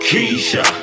Keisha